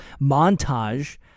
montage